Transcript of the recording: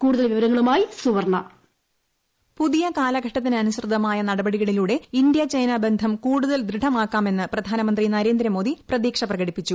കൂടുതൽ വിവരങ്ങളുമായി സുവർണ്ണ വോയിസ് പുതിയ കാലഘട്ടത്തിനനുസൃതമായ നടപടികളിലൂടെ ഇന്ത്യ ചൈന ബന്ധം കൂടുതൽ ദൃഢമാക്കാമെന്ന് പ്രധാനമന്ത്രി നരേന്ദ്രമോദി പ്രതീക്ഷ പ്രകടിപ്പിച്ചു